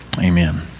amen